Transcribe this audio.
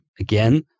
again